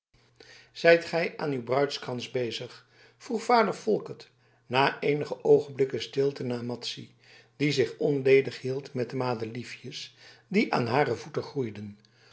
zijt gij aan uw bruidskrans bezig vroeg vader volkert na eenige oogenblikken stilte aan madzy die zich onledig hield met de madeliefjes die aan hare voeten groeiden